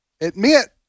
admit